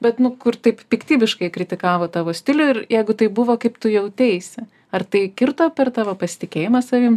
bet nu kur taip piktybiškai kritikavo tavo stilių ir jeigu taip buvo kaip tu jauteisi ar tai kirto per tavo pasitikėjimą savim